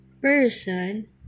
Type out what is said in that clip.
person